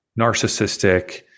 narcissistic